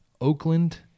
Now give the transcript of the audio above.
Oakland